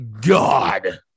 God